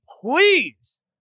please